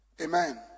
Amen